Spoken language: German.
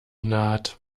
naht